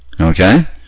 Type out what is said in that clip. Okay